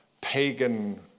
pagan